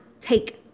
take